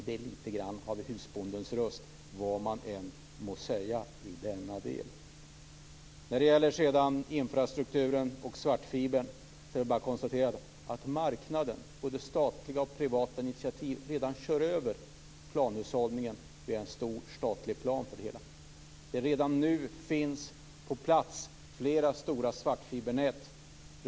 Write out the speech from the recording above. Det är lite grann av husbondens röst, vad man än må säga i denna del. När det gäller infrastrukturen och svartfibern kan man bara konstatera att marknaden, båda statliga och privata initiativ, redan kör över planhushållningen via en stor statlig plan för det hela. Redan nu finns flera stora svartfibernät på plats.